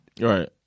Right